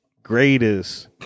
greatest